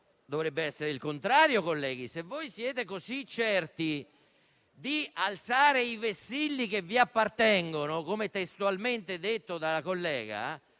Dovrebbe essere il contrario, colleghi. Se voi siete così certi di alzare i vessilli che vi appartengono, come testualmente detto dalla collega